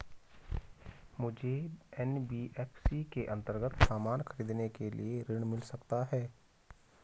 मुझे एन.बी.एफ.सी के अन्तर्गत सामान खरीदने के लिए ऋण मिल सकता है?